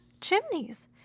chimneys